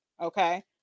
Okay